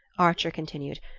archer continued,